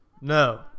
No